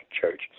church